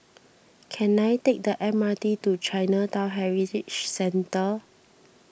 can I take the M R T to Chinatown Heritage Centre